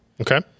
Okay